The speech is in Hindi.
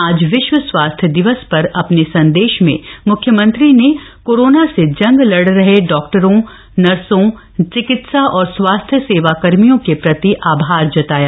आज विश्व स्वास्थ्य दिवस पर अपने संदेश में म्ख्यमंत्री ने कोरोना से जंग लड़ रहे डॉक्टरों नर्सों चिकित्सा और स्वास्थ्य सेवाकर्मियों के प्रति आभार व्यक्त किया